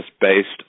based